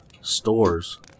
stores